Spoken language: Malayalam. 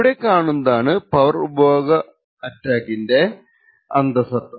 ഇവിടെ കാണുന്നതാണ് പവർ ഉപഭോഗ അറ്റാക്കിന്റെ അന്തസത്ത